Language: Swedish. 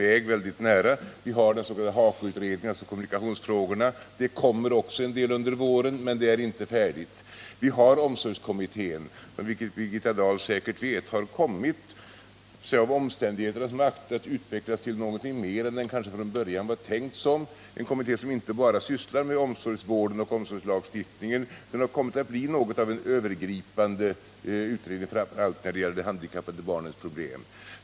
Vi har den s.k. HAKO utredningen, dvs. utredningen om kommunikationsfrågorna. Under våren kommer en del, men det är ännu inte färdigt. Vi har omsorgskommitténs förslag som Birgitta Dahl säkert vet har lagts fram. Av omständigheternas makt ser kommittén ut att utvecklas till något mer än vad som från början var tänkt. Det är en kommitté som inte bara sysslar med omsorgsvården och omsorgslagstiftningen, utan som har blivit något av en övergripande utredning, framför allt när det gäller de handikappade barnens problem.